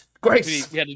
Grace